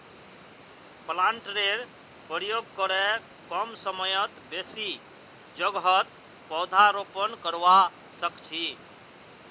प्लांटरेर प्रयोग करे कम समयत बेसी जोगहत पौधरोपण करवा सख छी